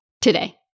today